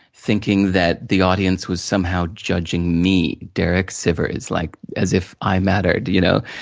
thinking that the audience was somehow judging me, derek sivers, like, as if i mattered, you know?